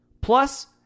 Plus